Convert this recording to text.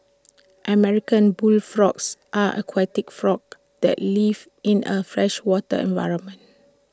American bullfrogs are aquatic frogs that live in A freshwater environment